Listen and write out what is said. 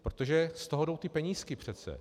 Protože z toho jdou ty penízky přece.